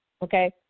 Okay